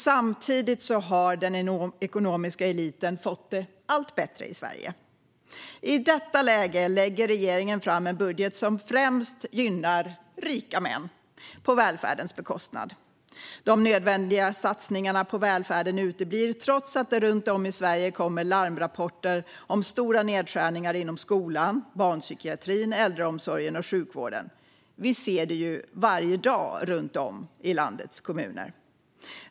Samtidigt har den ekonomiska eliten fått det allt bättre i Sverige. I detta läge lägger regeringen fram en budget som främst gynnar rika män, på välfärdens bekostnad. De nödvändiga satsningarna på välfärden uteblir trots att det runt om i Sverige kommer larmrapporter om stora nedskärningar inom skolan, barnpsykiatrin, äldreomsorgen och sjukvården. Vi ser det varje dag runt om i landets kommuner.